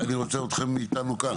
אני רוצה אתכם איתנו כאן.